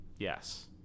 Yes